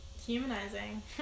Humanizing